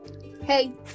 Hey